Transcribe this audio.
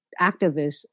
activists